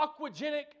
aquagenic